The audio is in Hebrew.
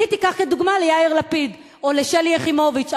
אותי תיקח כדוגמה ליאיר לפיד או לשלי יחימוביץ,